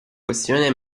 questione